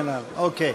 וכן הלאה.